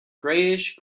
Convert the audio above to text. grayish